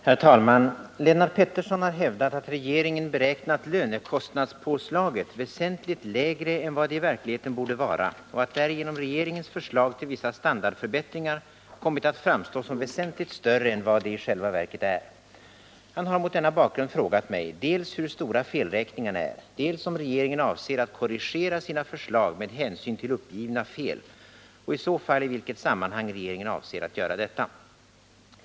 Herr talman! Lennart Pettersson har hävdat att regeringen beräknat lönekostnadspåslaget väsentligt lägre än vad det i verkligheten borde vara och att därigenom regeringens förslag till vissa standardförbättringar kommit att framstå som väsentligt större än vad de i själva verket är. Han har mot denna bakgrund frågat mig dels hur stora felräkningarna är, dels om regeringen avser att korrigera sina förslag med hänsyn till uppgivna fel och i så fall i vilket sammanhang regeringen avser att göra detta.